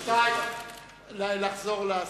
רבותי, נחזור לסדר.